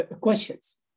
questions